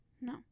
No